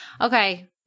Okay